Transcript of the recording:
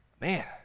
man